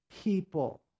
people